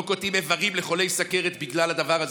לא קוטעים איברים לחולי סוכרת בגלל הדבר הזה,